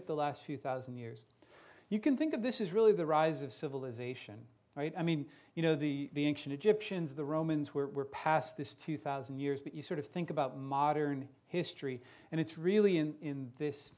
at the last few thousand years you can think of this is really the rise of civilization right i mean you know the action egyptians the romans were past this two thousand years but you sort of think about modern history and it's really in this